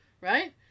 right